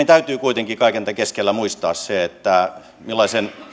täytyy kuitenkin kaiken tämän keskellä muistaa se millaisen